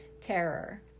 terror